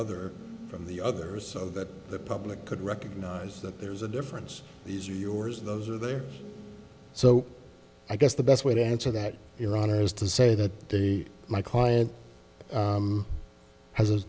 other from the others so that the public could recognize that there's a difference these are yours those are there so i guess the best way to answer that iran is to say that they my client has a